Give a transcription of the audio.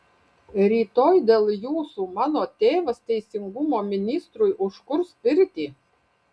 rytoj dėl jūsų mano tėvas teisingumo ministrui užkurs pirtį